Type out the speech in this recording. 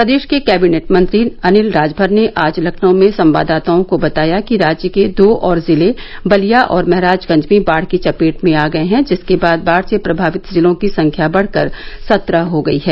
प्रदेश के कैबिनेट मंत्री अनिल राजभर ने आज लखनऊ में संवाददाताओं को बताया कि राज्य के दो और जिले बलिया और महराजगंज भी बाढ़ की चपेट में आ गए हैं जिसके बाद बाढ़ से प्रभावित जिलों की संख्या बढ़कर सत्रह हो गयी है